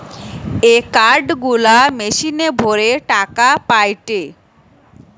এ card গুলা মেশিনে ভরে টাকা পায়টে